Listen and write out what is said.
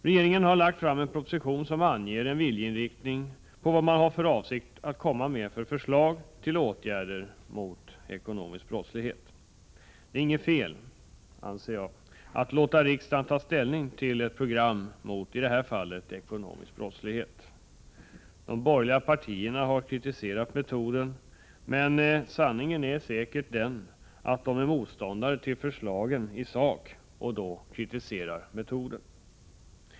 Regeringen har lagt fram en proposition som anger en viljeinriktning beträffande vad man har för avsikt att komma med för förslag till åtgärder mot ekonomisk brottslighet. Det är inget fel, anser jag, att låta riksdagen ta ställning till ett program mot ekonomisk brottslighet. De borgerliga partierna har kritiserat metoden. Men sanningen är säkert den att de är motståndare till förslagen i sak och därför kritiserar metoden.